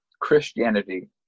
Christianity